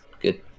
good